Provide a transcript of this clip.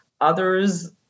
Others